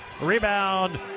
Rebound